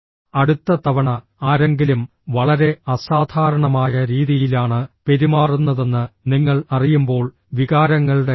അടുത്ത തവണ ആരെങ്കിലും വളരെ അസാധാരണമായ രീതിയിലാണ് പെരുമാറുന്നതെന്ന് നിങ്ങൾ അറിയുമ്പോൾ വികാരങ്ങളുടെ കാര്യത്തിൽ